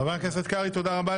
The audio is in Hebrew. חבר הכנסת קרעי, תודה רבה.